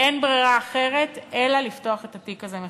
אין ברירה אחרת אלא לפתוח את התיק הזה מחדש.